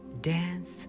dance